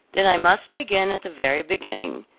then i must begin at the very beginning.